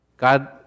God